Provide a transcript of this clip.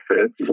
fits